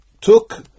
took